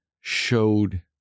showed